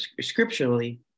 scripturally